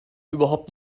überhaupt